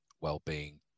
wellbeing